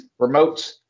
remotes